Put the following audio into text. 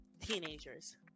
teenagers